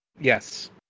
Yes